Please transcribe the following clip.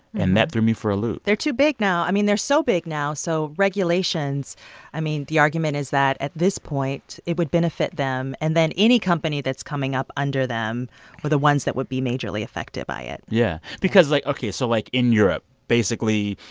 and that threw me for a loop they're too big now. i mean, they're so big now. so regulations i mean, the argument is that at this point, it would benefit them. and then any company that's coming up under them are the ones that would be majorly affected by it yeah, because like ok. so, like, in europe, basically,